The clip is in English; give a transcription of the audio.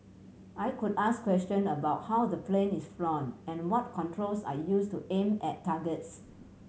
I could ask question about how the plane is flown and what controls are used to aim at targets